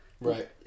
Right